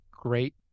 great